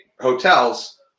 hotels